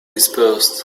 dispersed